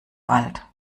wald